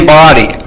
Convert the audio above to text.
body